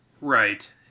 Right